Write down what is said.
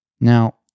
Now